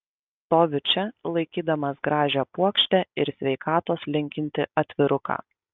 stoviu čia laikydamas gražią puokštę ir sveikatos linkintį atviruką